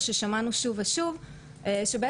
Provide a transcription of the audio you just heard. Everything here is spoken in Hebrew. זה לא אומר שאני רוצה שיפיצו,